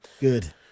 Good